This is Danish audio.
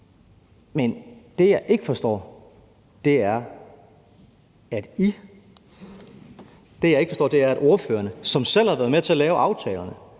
noget, jeg ikke forstår. Jeg forstår ikke ordførerne, som selv har været med til at lave aftalerne,